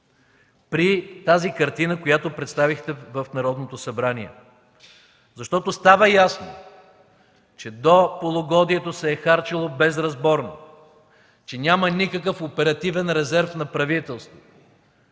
при тази картина, която представихте в Народното събрание, защото става ясно, че до полугодието се е харчело безразборно, че няма никакъв оперативен резерв на правителството